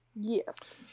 Yes